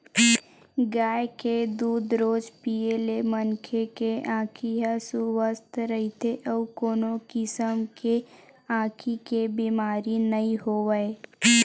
गाय के दूद रोज पीए ले मनखे के आँखी ह सुवस्थ रहिथे अउ कोनो किसम के आँखी के बेमारी नइ होवय